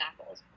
apples